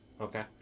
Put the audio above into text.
Okay